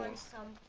some